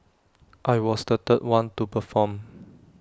I was the third one to perform